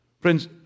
Friends